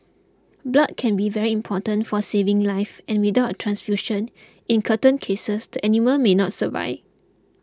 blood can be very important for saving live and without a transfusion in certain cases the animal may not survive